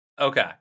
Okay